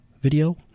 video